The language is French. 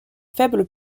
faible